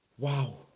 wow